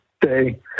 day